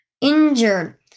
injured